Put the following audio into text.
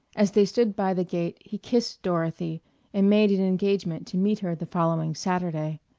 as they stood by the gate, he kissed dorothy and made an engagement to meet her the following saturday.